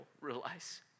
realize